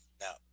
now